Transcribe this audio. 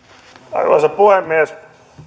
arvoisa puhemies